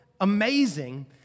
amazing